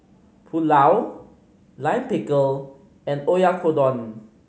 Pulao Lime Pickle and Oyakodon